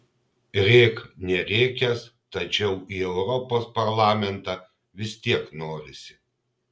rėk nerėkęs tačiau į europos parlamentą vis tiek norisi